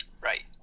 Right